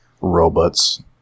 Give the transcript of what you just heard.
Robots